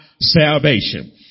salvation